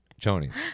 chonies